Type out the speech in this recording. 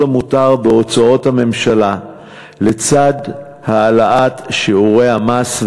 המותר בהוצאות הממשלה לצד העלאת שיעורי המס.